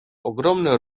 ogromny